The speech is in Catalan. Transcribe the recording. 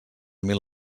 mil